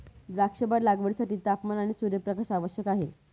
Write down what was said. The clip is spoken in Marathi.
द्राक्षबाग लागवडीसाठी तापमान आणि सूर्यप्रकाश आवश्यक आहे